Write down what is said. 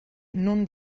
non